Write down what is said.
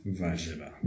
warzywa